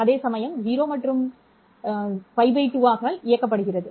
அதேசமயம் இது 0 மற்றும் as ஆக இயக்கப்படுகிறது